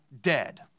dead